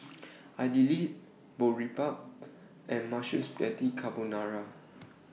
Idili Boribap and Mushroom Spaghetti Carbonara